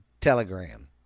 telegram